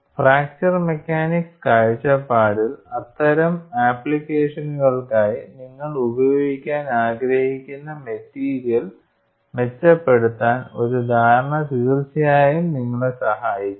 fracture mechanics കാഴ്ചപ്പാടിൽ അത്തരം ആപ്ലിക്കേഷനുകൾക്കായി നിങ്ങൾ ഉപയോഗിക്കാൻ ആഗ്രഹിക്കുന്ന മെറ്റീരിയൽ മെച്ചപ്പെടുത്താൻ ഒരു ധാരണ തീർച്ചയായും നിങ്ങളെ സഹായിക്കും